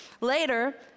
Later